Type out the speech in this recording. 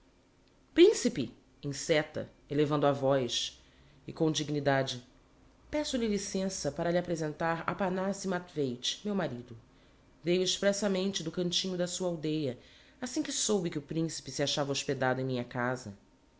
principe enceta elevando a voz e com dignidade peço-lhe licença para lhe apresentar aphanassi matveich meu marido veiu expressamente do cantinho da sua aldeia assim que soube que o principe se achava hospedado em minha casa